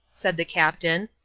said the captain.